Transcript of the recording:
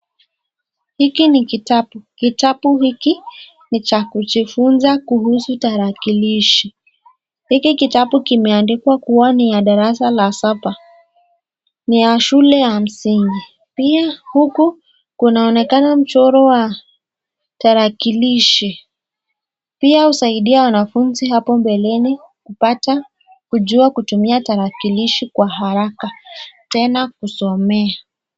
Hiki ni kitabu, kitabu hiki ni cha kujifunza kuhusu tarakilishi. Hiki kitabu kimeandikwa kuwa ni ya darasa la saba, Ni ya shule ya msingi, pia huku kunaoneka mchoro wa tarakilishi, pia husaidia wanafunzi hapo mbeleni kupata kujua kutumia tarakilishi kwa haraka ,tena kusomea.